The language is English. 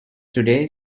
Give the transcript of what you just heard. today